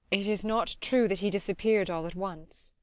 it is not true that he disappeared all at once.